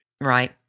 Right